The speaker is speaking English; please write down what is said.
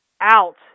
Out